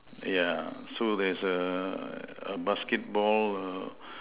yeah so there's a a basketball uh